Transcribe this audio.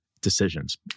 decisions